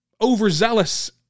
overzealous